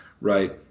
right